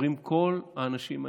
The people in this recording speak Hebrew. שעוברים כל האנשים האלה,